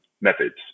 methods